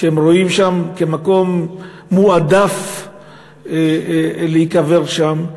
רואים אותו כמקום מועדף להיקבר שם.